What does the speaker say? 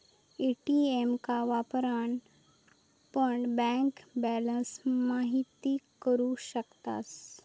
ATM का वापरान पण बँक बॅलंस महिती करू शकतास